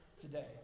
today